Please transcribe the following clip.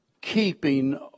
keeping